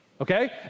Okay